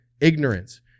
ignorance